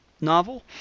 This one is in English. novel